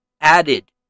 added